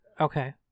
Okay